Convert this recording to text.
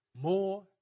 more